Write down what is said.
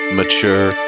mature